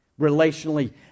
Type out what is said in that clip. relationally